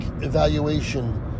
evaluation